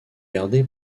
gardé